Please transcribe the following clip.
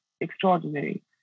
extraordinary